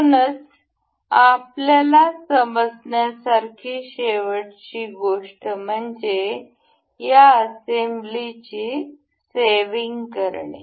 म्हणूनच आपल्याला समजण्यासारखी शेवटची गोष्ट म्हणजे या असेंब्लीजची सेविंग करणे